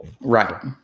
Right